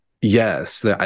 Yes